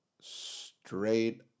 straight